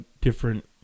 different